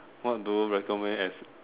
what do you recommend as